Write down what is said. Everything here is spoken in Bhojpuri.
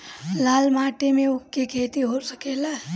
लाल माटी मे ऊँख के खेती हो सकेला?